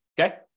Okay